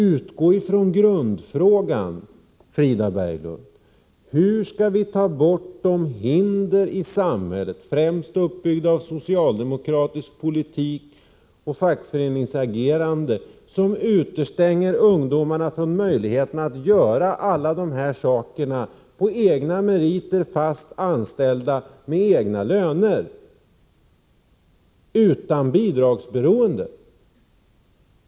Utgå i stället från grundfrågan, Frida Berglund: Hur skall vi få bort de hinder i samhället, främst uppbyggda av socialdemokratisk politik och fackföreningsagerande, som innebär att ungdomarna så att säga utestängs från möjligheterna att göra alla de här sakerna — på egna meriter, som fast anställda, med egna löner och utan bidragsberoendet?